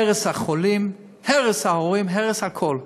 הרס החולים, הרס ההורים, הרס הכול.